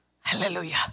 Hallelujah